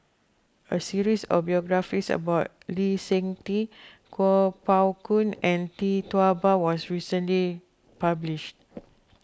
a series of biographies about Lee Seng Tee Kuo Pao Kun and Tee Tua Ba was recently published